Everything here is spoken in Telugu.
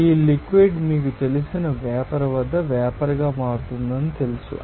ఈ లిక్విడ్ మీకు తెలిసిన వేపర్ వద్ద వేపర్ గా మారుతుందని మీరు చూస్తారు